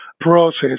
process